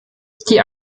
die